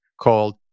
called